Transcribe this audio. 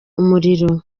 umuriro